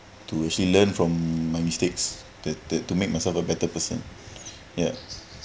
to actually learn from my mistakes the the to make myself a better person yeah